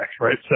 right